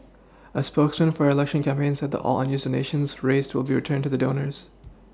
a spokesman for her election campaign said that all unused donations raised will be returned to the donors